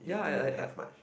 you didn't have much